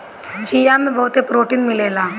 चिया में बहुते प्रोटीन मिलेला